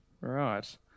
Right